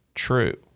true